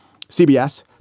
CBS